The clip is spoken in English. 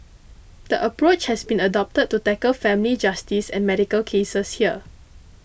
the approach has been adopted to tackle family justice and medical cases here